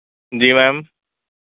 जी ma'am